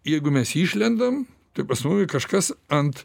jeigu mes išlendam tai pas mumi kažkas ant